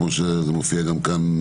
כמו שזה מופיע גם כאן,